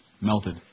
melted